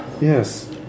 Yes